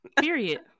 Period